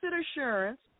assurance